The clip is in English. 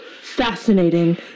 Fascinating